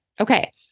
Okay